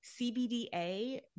CBDA